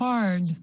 Hard